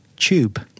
Tube